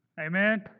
Amen